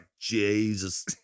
Jesus